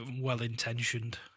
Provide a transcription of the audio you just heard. well-intentioned